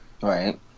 right